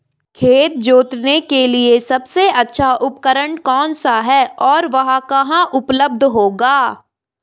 खेत जोतने के लिए सबसे अच्छा उपकरण कौन सा है और वह कहाँ उपलब्ध होगा?